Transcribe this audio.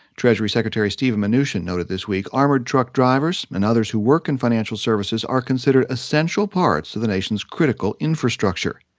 treasury secretary steven mnuchin noted this week armored truck drivers and others who work in financial services are considered essential parts of the nation's critical infrastructure.